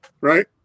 right